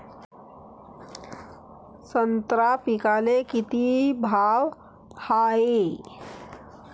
संत्रा पिकाले किती भाव हाये?